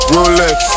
Rolex